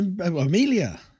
Amelia